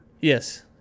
Yes